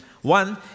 One